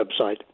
website